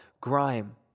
grime